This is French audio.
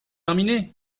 terminées